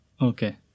Okay